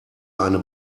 eine